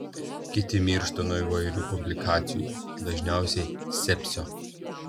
kiti miršta nuo įvairių komplikacijų dažniausiai sepsio